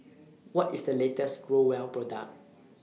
What IS The latest Growell Product